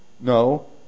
No